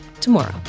tomorrow